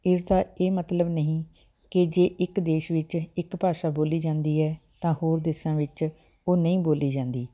ਇਸ ਦਾ ਇਹ ਮਤਲਬ ਨਹੀਂ ਕਿ ਜੇ ਇੱਕ ਦੇਸ਼ ਵਿੱਚ ਇੱਕ ਭਾਸ਼ਾ ਬੋਲੀ ਜਾਂਦੀ ਹੈ ਤਾਂ ਹੋਰ ਦੇਸ਼ਾਂ ਵਿੱਚ ਉਹ ਨਹੀਂ ਬੋਲੀ ਜਾਂਦੀ